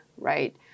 right